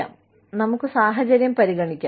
അതിനാൽ നമുക്ക് സാഹചര്യം പരിഗണിക്കാം